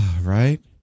Right